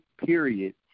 period